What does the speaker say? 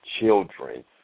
children